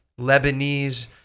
Lebanese